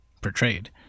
portrayed